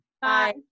Bye